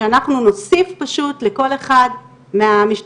שאנחנו נוסיף פשוט בכל אחד מהמשתתפים